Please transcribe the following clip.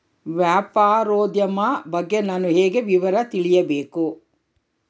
ವ್ಯಾಪಾರೋದ್ಯಮ ಬಗ್ಗೆ ನಾನು ಹೇಗೆ ವಿವರ ತಿಳಿಯಬೇಕು?